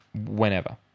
whenever